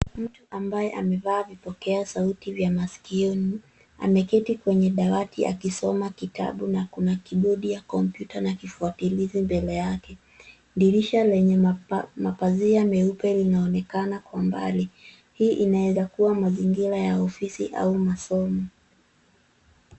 Mtu ambaye amevaa vipokea sauti vya masikioni ameketi kwenye dawati akisoma kitabu na kuna kidude ya kompyuta na kifuatilizi mbele yake. Dirisha lenye mapazia meupe linaonekana kwa mbali. Hii inaeza kuwa mazingira ya ofisi au masomo.